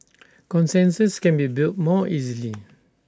consensus can be built more easily